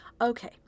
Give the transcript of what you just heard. Okay